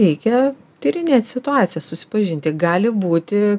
reikia tyrinėt situaciją susipažinti gali būti